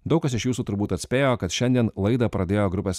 daug kas iš jūsų turbūt atspėjo kad šiandien laidą pradėjo grupės